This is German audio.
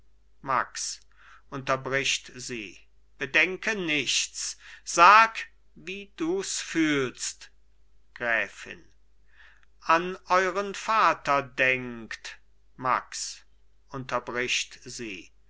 max unterbricht sie bedenke nichts sag wie dus fühlst gräfin an euren vater denkt max unterbricht sie